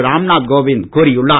ராம்நாத் கோவிந்த் கூறியுள்ளார்